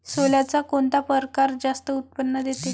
सोल्याचा कोनता परकार जास्त उत्पन्न देते?